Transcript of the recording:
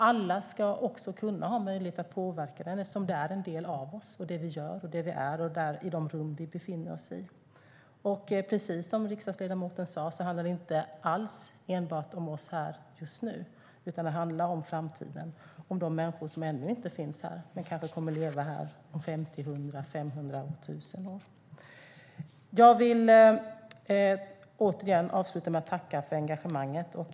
Alla ska också ha möjlighet att påverka den eftersom den är del av oss och det vi gör och är i de rum där vi befinner oss. Precis som riksdagsledamoten sa handlar det inte alls enbart om oss här just nu, utan det handlar om framtiden - om de människor som ännu inte finns här men kanske kommer att leva här om 50, 100, 500 och 1 000 år. Jag vill avsluta med att återigen tacka för engagemanget.